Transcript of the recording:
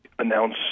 Announce